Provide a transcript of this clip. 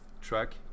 track